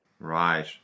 Right